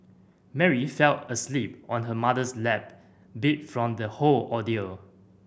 Mary fell asleep on her mother's lap beat from the whole ordeal